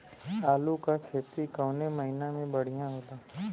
आलू क खेती कवने महीना में बढ़ियां होला?